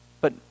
But